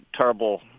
terrible